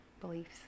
beliefs